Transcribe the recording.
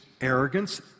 arrogance